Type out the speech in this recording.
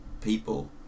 people